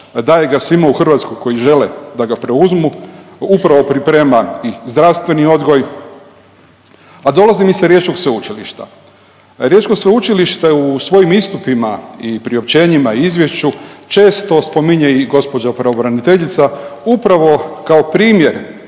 Daje ga svima u Hrvatskoj koji žele da ga preuzmu. Upravo priprema i zdravstveni odgoj, a dolazim sa riječkog sveučilišta. Riječko sveučilište u svojim istupima i priopćenjima, izvješću često spominje i gospođa pravobraniteljica upravo kao primjer